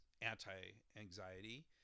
anti-anxiety